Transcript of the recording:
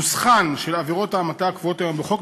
נוסחן של עבירות ההמתה הקבועות היום בחוק,